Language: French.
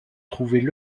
trouvaient